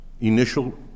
initial